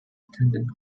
attendant